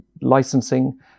licensing